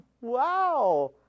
Wow